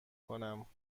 کنم